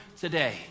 today